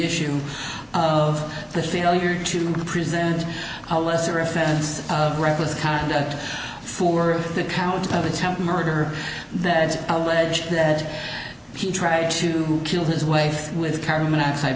issue of the failure to present a lesser offense reckless conduct for the count of attempted murder that alleged that he tried to kill his wife with carbon monoxide